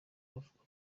bavuga